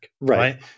right